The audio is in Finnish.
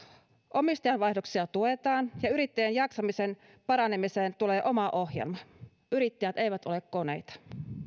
omistajanvaihdoksia tuetaan ja yrittäjien jaksamisen paranemiseen tulee oma ohjelma yrittäjät eivät ole koneita